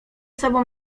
sobą